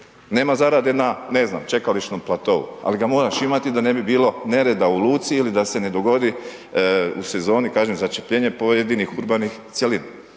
Nema zarade, na ne znam, čekališnom platou, ali ga moraš imati, da ne bilo nereda u luci ili da se ne dogodi, u sezoni, kažem začepljenje, pojedinih urbanih cjelina.